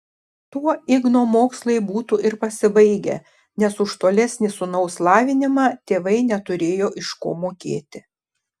tuo igno mokslai būtų ir pasibaigę nes už tolesnį sūnaus lavinimą tėvai neturėjo iš ko mokėti